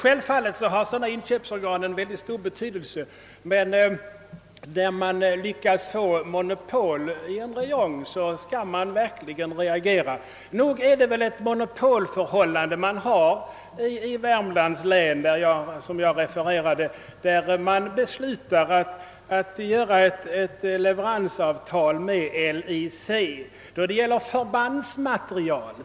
Naturligtvis har inköpscentralen mycket stor betydelse, men då någon sådan lyckas få monopol inom en räjong skall vi verkligen reagera. Som jag tidigare refererat föreligger det uppenbart ett monopolförhållande i Värmlands län. Där beslutades att det skulle träffas ett leveransavtal med LIC beträffande förbandsmateriel.